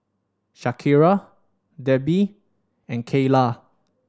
Shakira Debbi and Kyla